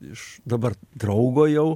iš dabar draugo jau